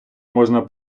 можна